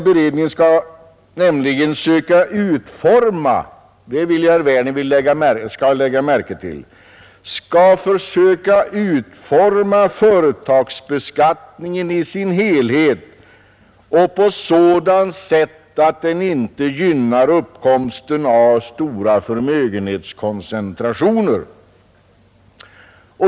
Beredningen skall nämligen söka utforma — det vill jag att herr Werner i Tyresö skall lägga märke till — företagsbeskattningen i dess helhet och det på sådant sätt att den inte gynnar uppkomsten av stora förmögenhetskoncentrationer.